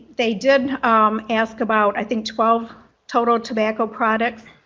they did um ask about i think twelve total tobacco products.